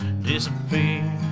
disappear